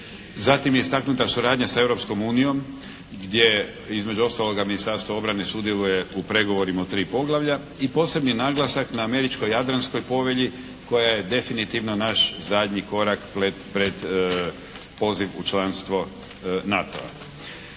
Zatim je istaknuta suradnja sa Europskom unijom gdje između ostaloga Ministarstvo obrane sudjeluje u pregovorima od 3 poglavlja i posebni naglasak na američko-jadranskoj povelji koja je definitivno naš zadnji korak pred poziv u članstvo NATO-a.